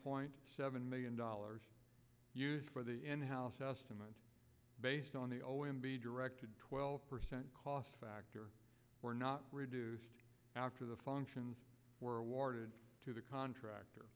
point seven million dollars for the in house estimate based on the o m b director twelve percent cost factor were not reduced after the functions were awarded to the contractor